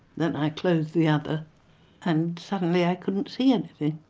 then i closed the other and suddenly i couldn't see anything.